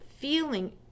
feeling